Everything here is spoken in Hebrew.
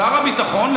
שר הביטחון,